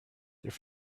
their